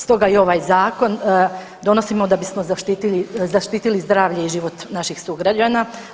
Stoga i ovaj zakon donosimo da bismo zaštitili zdravlje i život naših sugrađana.